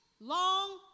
long